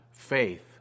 Faith